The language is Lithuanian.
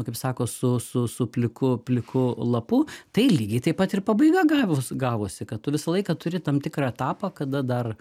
kaip sako su su su pliku pliku lapu tai lygiai taip pat ir pabaiga gavos gavosi kad tu visą laiką turi tam tikrą etapą kada dar